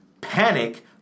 Panic